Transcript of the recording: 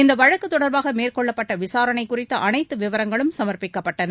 இந்த வழக்கு தொடர்பாக மேற்கொள்ளப்பட்ட விசாரணை குறித்த அனைத்து விவரங்களும் சமர்ப்பிக்கப்பட்டன